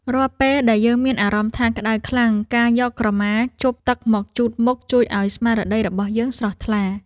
រាល់ពេលដែលយើងមានអារម្មណ៍ថាក្តៅខ្លាំងការយកក្រមាជប់ទឹកមកជូតមុខជួយឱ្យស្មារតីរបស់យើងស្រស់ថ្លា។